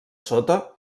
sota